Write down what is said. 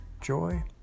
joy